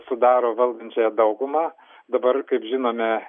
sudaro valdančiąją daugumą dabar kaip žinome